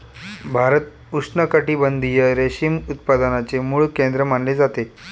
भारत उष्णकटिबंधीय रेशीम उत्पादनाचे मूळ केंद्र मानले जाते